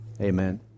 Amen